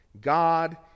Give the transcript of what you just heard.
God